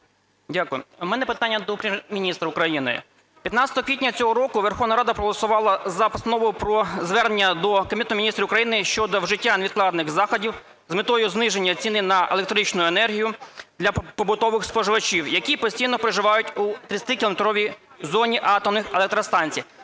Дякую. У мене питання до Прем'єр-міністра України. 15 квітня цього року Верховна Рада проголосувала за Постанову про звернення до Кабінету Міністрів щодо вжиття невідкладних заходів з метою зниження ціни на електричну енергію для побутових споживачів, які постійно проживають у 30-кілометровій зоні атомних електростанцій.